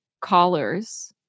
callers